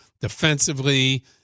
defensively